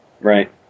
Right